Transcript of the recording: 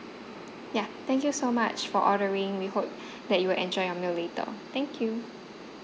ya thank you so much for ordering we hope that you enjoy your meal later thank you